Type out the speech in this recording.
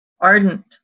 ardent